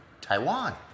Taiwan